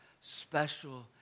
special